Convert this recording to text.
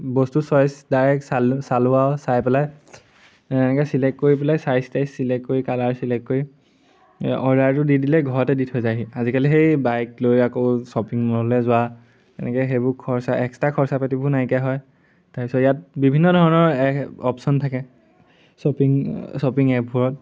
বস্তু size direct চাল চালো আৰু চাই পেলাই এনেকে চিলেক্ট কৰি পেলাই চাইজ টাইজ চিলেক্ট কৰি কালাৰ চিলেক্ট কৰি অৰ্ডাৰটো দি দিলে ঘৰতে দি থৈ যায়হি আজিকালি সেই বাইক লৈ আকৌ শ্বপিং মললে যোৱা এনেকে সেইবোৰ খৰচা এক্সট্ৰা খৰচা পাতিবোৰ নাইকিয়া হয় তাৰপিছত ইয়াত বিভিন্ন ধৰণৰ অপশ্যন থাকে শ্বপিং শ্বপিং এপবোৰত